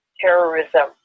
terrorism